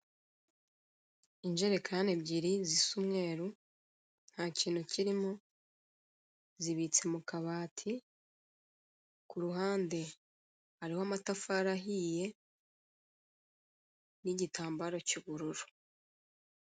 Injerekani ebyiri zisa umweru ntakintu kirimo zibitse mu kabati ku ruhande hariho amatafari ahiye n'igitambaro cy'ubururu.